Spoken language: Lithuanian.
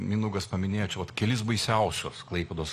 mindaugas paminėjo čia vat kelis baisiausius klaipėdos